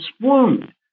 swooned